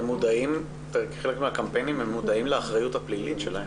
הם מודעים לאחריות הפלילית שלהם?